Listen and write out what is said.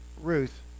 Ruth